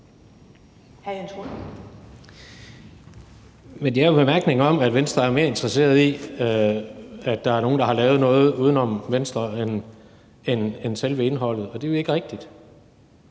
Men det er en bemærkning om, at Venstre er mere interesseret i, at der er nogle, der har lavet noget uden om Venstre, end de er i selve indholdet, og det er jo ikke rigtigt.